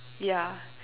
yeah